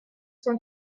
cent